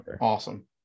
awesome